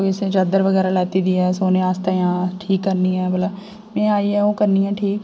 कोई चादर बगैर लैती दी ऐ सौने आस्तै जां ठीक करनी आं भला में आइयै ओह् करनी आं ठीक